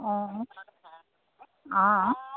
অঁ অঁ